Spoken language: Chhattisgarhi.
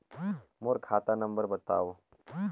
मोर खाता नम्बर बताव?